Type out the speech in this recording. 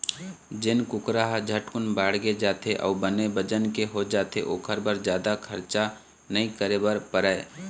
जेन कुकरा ह झटकुन बाड़गे जाथे अउ बने बजन के हो जाथे ओखर बर जादा खरचा नइ करे बर परय